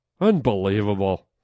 Unbelievable